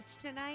tonight